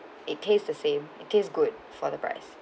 it tastes the same it taste good for the price